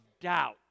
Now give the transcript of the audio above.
doubt